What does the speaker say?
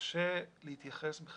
אני יכולה להתייחס?